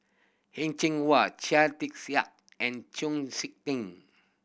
Heng Cheng Hwa Chia Tee and Chong Sik Ting